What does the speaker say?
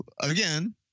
Again